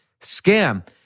scam